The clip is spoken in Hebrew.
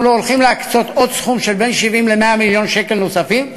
אנחנו הלוא הולכים להקצות סכום של בין 70 ל-100 מיליון שקל נוספים,